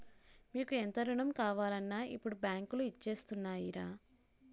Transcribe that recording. మీకు ఎంత రుణం కావాలన్నా ఇప్పుడు బాంకులు ఇచ్చేత్తాయిరా